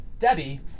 Debbie